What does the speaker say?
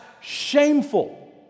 shameful